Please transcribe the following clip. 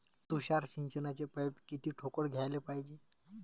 तुषार सिंचनाचे पाइप किती ठोकळ घ्याले पायजे?